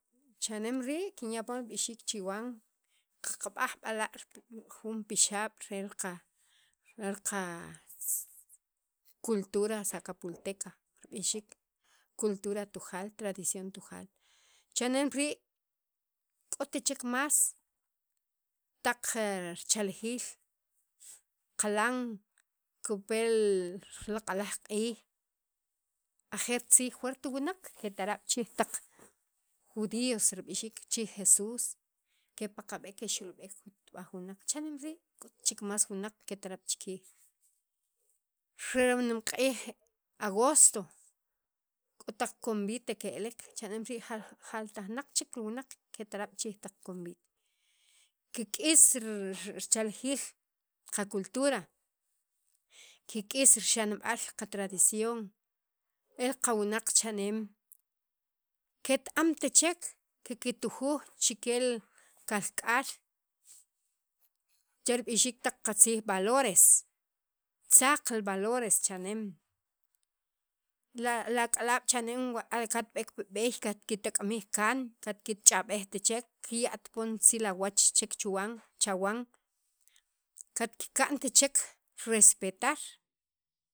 cha'nem rii' kinya' poon rib'ixiik chawan qaqab'aj b'ala' jun pixaab' re qa rel qa cultura sakapulteka rib'ixiik cultura Tujaal tradición Tujaal cha'neem rii' k'ot chek más taq richaljiil qilan kipel laq'alaj q'iij ajeer tziij juert wunaq ketarab' chi riij taq judios rib'ixiik chiriij jesús kepaqab'ek kexukb'ek jut'ub'aj wunaq cha'nem rii' k'ot chek más wunaq ketarab' chi kiijre rinmeq'iij agosto k'o taq convite ke'elek cha'nem rii' jaltaj naq chek li wunaq ketarab' chi riij li covite kik'is richaljiil qa cultura kik'is kexanab'al qa tradición el qawunaq cha'neem ket- amt chek kiktujuj chikye li kalk'aal che rib'ixiik taq tziij valores tzaq li valores cha'neem la lak'alaab' cha'neem katb'eek pi b'eey katkitak'mij kaan katkich'ab'ejt chek kikya't chek ritziil awach chuwan chawan katkiqant chek respetar.